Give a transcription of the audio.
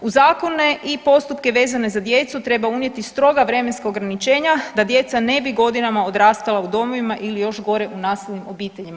U zakone i postupke vezane za djecu treba unijeti stroga vremenska ograničenja da djeca ne bi godinama odrastala u domovima ili još gore u nasilnim obiteljima.